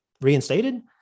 reinstated